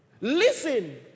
listen